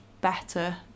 better